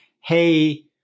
hey